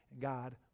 God